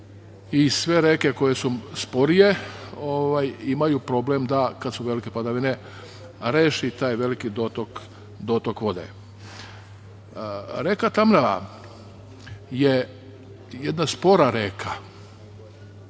i sve reke koje su sporije imaju problem kad su velike padavine da reše taj veliki dotok vode. Reka Tamnava je jedna spora reka,